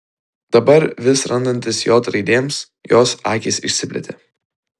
dabar vis randantis j raidėms jos akys išsiplėtė